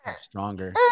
stronger